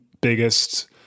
biggest